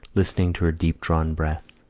listening to her deep-drawn breath.